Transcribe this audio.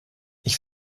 ich